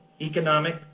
economic